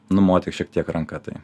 numoti šiek tiek ranka tai